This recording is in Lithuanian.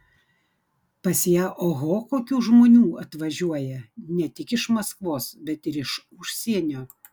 pas ją oho kokių žmonių atvažiuoja ne tik iš maskvos bet ir iš užsienio